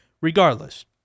regardless